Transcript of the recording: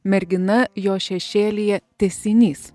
mergina jo šešėlyje tęsinys